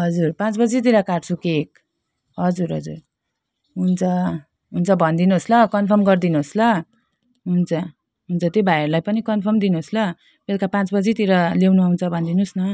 हजुर पाँच बजीतिर काट्छु केक हजुर हजुर हुन्छ हुन्छ भनिदिनु होस् ल कनफर्म गरिदिनु होस् ल हुन्छ हुन्छ त्यो भाइहरूलाई पनि कनफर्म दिनु होस् ल बेलुका पाँच बजीतिर ल्याउनु आउँछ भनिदिनु होस् न